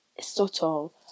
subtle